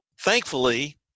thankfully